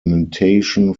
mutation